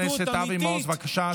חבר הכנסת אבי מעוז, בבקשה.